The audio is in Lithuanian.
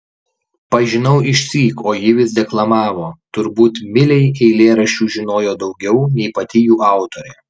pažinau išsyk o ji vis deklamavo turbūt milei eilėraščių žinojo daugiau nei pati jų autorė